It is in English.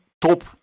top